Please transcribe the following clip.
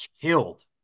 killed